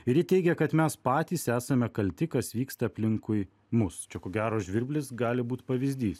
ir ji teigia kad mes patys esame kalti kas vyksta aplinkui mus čia ko gero žvirblis gali būt pavyzdys